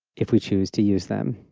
if we choose to use them,